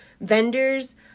Vendors